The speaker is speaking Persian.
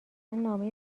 نامه